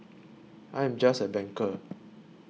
I am just a banker